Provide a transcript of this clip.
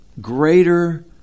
greater